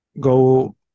go